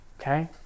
Okay